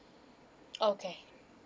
okay